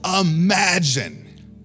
imagine